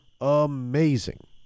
amazing